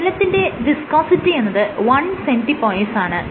ജലത്തിന്റെ വിസ്കോസിറ്റി എന്നത് 1cP ആണ്